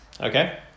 Okay